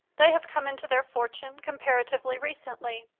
they have come into their fortune comparatively recently,